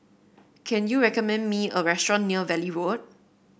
can you recommend me a restaurant near Valley Road